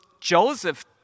Joseph